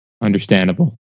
Understandable